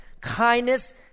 kindness